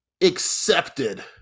accepted